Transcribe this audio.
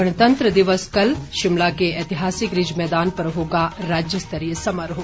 गणतंत्र दिवस कल शिमला के ऐतिहासिक रिज मैदान पर होगा राज्यस्तरीय समारोह